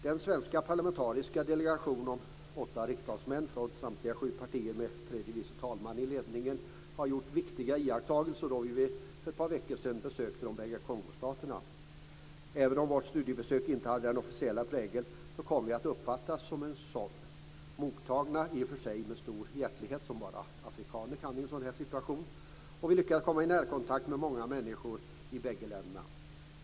Den svenska parlamentariska delegationen om åtta riksdagsmän från samtliga sju partier med tredje vice talmannen i ledningen gjorde viktiga iakttagelser då vi för ett par veckor sedan besökte de båda Kongostaterna. Även om vårt studiebesök inte hade en officiell prägel, kom vi att uppfattas som att ha en sådan. Vi blev mottagna med stor hjärtlighet, som bara afrikaner kan i en sådan situation. Vi lyckades komma i närkontakt med många människor i bägge länderna.